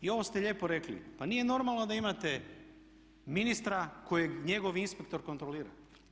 I ovo ste lijepo rekli pa nije normalno da imate ministra kojeg njegov inspektor kontrolira.